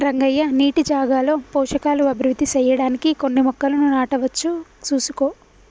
రంగయ్య నీటి జాగాలో పోషకాలు అభివృద్ధి సెయ్యడానికి కొన్ని మొక్కలను నాటవచ్చు సూసుకో